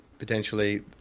potentially